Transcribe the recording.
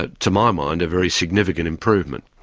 ah to my mind, a very significant improvement.